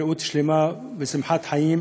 בריאות שלמה ושמחת חיים,